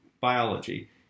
biology